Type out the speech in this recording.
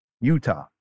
Utah